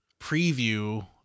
preview